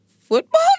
football